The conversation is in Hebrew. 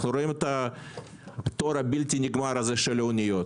אנחנו רואים את התור הבלתי נגמר הזה של האניות.